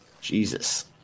Jesus